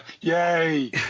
Yay